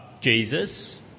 Jesus